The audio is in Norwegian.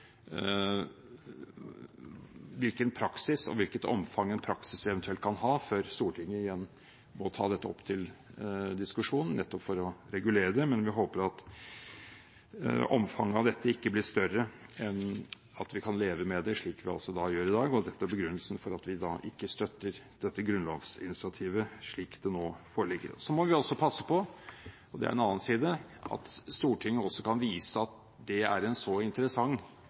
hvilken praksis og hvilket omfang en praksis eventuelt kan ha før Stortinget igjen må ta dette opp til diskusjon nettopp for å regulere det. Men vi håper at omfanget av dette ikke blir større enn at vi kan leve med det, slik vi gjør i dag. Dette er begrunnelsen for at vi ikke støtter dette grunnlovsinitiativet slik det nå foreligger. Så må vi passe på – og det er en annen side – at Stortinget også kan vise at det å være representant er en så interessant,